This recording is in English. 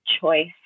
choice